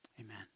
amen